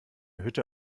hütte